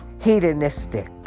hedonistic